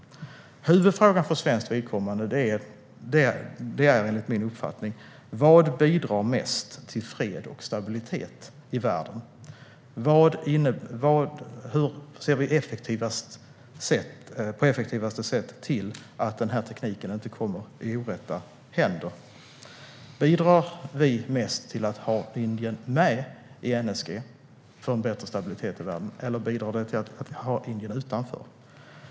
Huvudfrågan för svenskt vidkommande är enligt min uppfattning vad som bidrar mest till fred och stabilitet i världen. Hur ser vi på effektivast sätt till att tekniken inte kommer i orätta händer? Bidrar vi mest till en bättre stabilitet i världen genom att ha Indien med i NSG, eller bidrar vi mest till en bättre stabilitet i världen att ha Indien utanför?